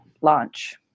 launch